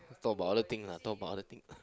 talk about other thing lah talk about other thing